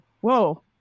whoa